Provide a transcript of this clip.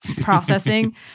processing